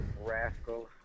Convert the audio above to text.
rascals